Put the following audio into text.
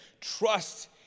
trust